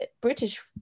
British